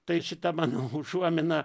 tai šita mano užuomina